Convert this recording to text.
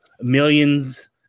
millions